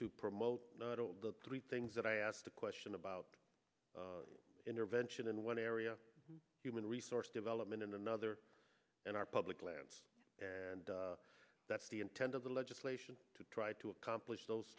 to promote three things that i asked a question about intervention in one area of human resource development and another in our public lands and that's the intent of the legislation to try to accomplish those